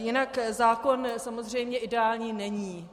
Jinak zákon samozřejmě ideální není.